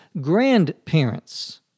grandparents